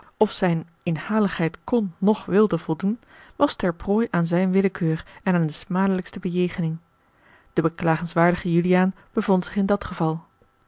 of zijne inhaligheid kon noch wilde voldoen was ter prooi aan zijne willekeur en aan de smadelijkste bejegening de beklagenswaardige juliaan bevond zich in dat geval